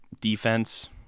defense